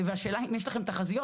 השאלה אם יש לכם תחזיות.